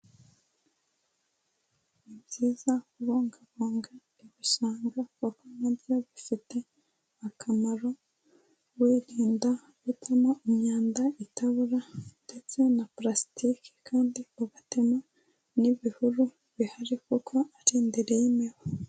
Ni byiza kubungabunga ibishanga kuko na byo bifite akamaro, twirinda gutamo imyanda itabora ndetse na pulastike, kandi tugatema n'ibihuru bihari kuko ari indiri y'imibu.